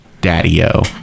daddy-o